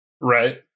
Right